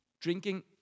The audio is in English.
Drinking